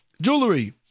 Jewelry